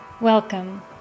Welcome